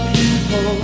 people